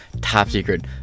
top-secret